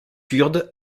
kurdes